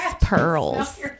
Pearls